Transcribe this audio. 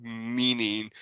meaning